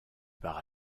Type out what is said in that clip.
par